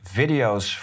videos